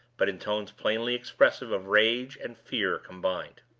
but in tones plainly expressive of rage and fear combined.